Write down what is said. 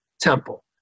temple